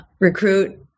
recruit